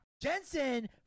Jensen